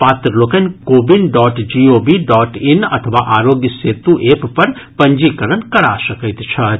पात्र लोकनि CoWIN dot G O V dot in अथवा आरोग्य सेतु एप पर पंजीकरण करा सकैत छथि